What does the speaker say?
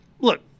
Look